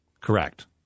Correct